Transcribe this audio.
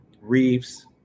Reeves